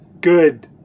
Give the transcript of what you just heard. good